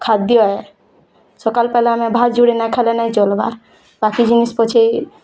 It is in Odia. ଖାଦ୍ୟ ଏ ସକାଲ୍ ପାଇଲେ ଆମେ ଭାତ୍ ଯୁଡ଼େ ନାଇ ଖାଇଲେ ନାଇଁ ଚଲବାର୍ ବାକି ଜିନିଷ୍ ପଛେ